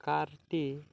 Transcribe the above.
କାର୍ଟି